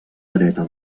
dreta